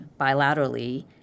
bilaterally